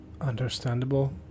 Understandable